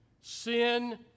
Sin